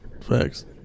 Facts